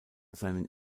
seinen